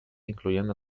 incluyendo